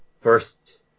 first